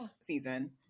season